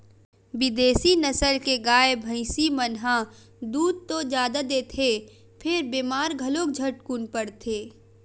बिदेसी नसल के गाय, भइसी मन ह दूद तो जादा देथे फेर बेमार घलो झटकुन परथे